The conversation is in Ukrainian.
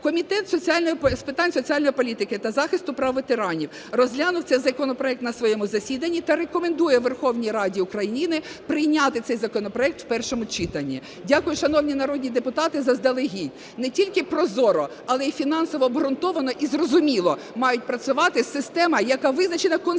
Комітет з питань соціальної політики та захисту прав ветеранів розглянув цей законопроект на своєму засіданні та рекомендує Верховній Раді України прийняти цей законопроект в першому читанні. Дякую, шановні народні депутати, заздалегідь. Не тільки прозоро, але й фінансово обґрунтовано і зрозуміло має працювати система, яка визначена Конституцією,